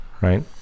right